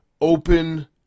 open